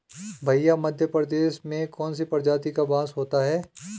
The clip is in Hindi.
भैया मध्य प्रदेश में कौन सी प्रजाति का बांस होता है?